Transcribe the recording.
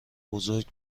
بزرگ